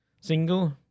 single